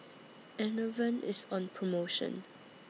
Enervon IS on promotion